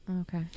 Okay